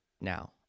now